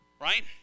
Right